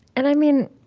and, i mean,